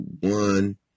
one